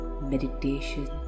meditation